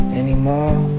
anymore